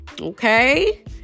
Okay